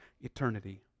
eternity